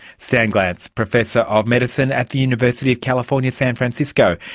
stan glantz, professor of medicine at the university of california, san francisco,